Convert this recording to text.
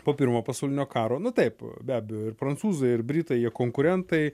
po pirmojo pasaulinio karo na taip be abejo ir prancūzai ir britai jie konkurentai